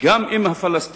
גם אם הפלסטינים